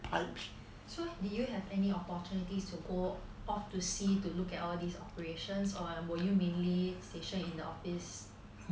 so did you have any opportunities to go off the sea to look at all these operations or um or you mainly station in the office